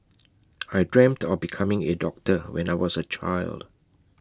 I dreamt of becoming A doctor when I was A child